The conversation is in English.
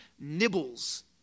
nibbles